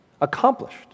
accomplished